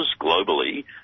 globally